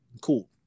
cool